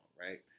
Right